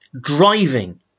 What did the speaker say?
driving